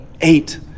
Eight